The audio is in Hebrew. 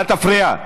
אל תפריע.